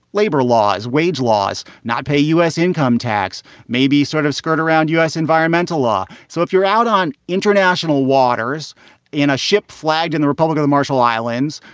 labor laws, wage laws not pay u s. income tax, maybe sort of skirt around u s. environmental law. so if you're out on international waters in a ship flagged in the republic of the marshall islands,